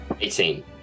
Eighteen